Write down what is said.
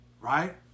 right